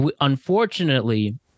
unfortunately